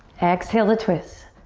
exhale to twist.